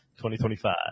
2025